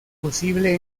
posible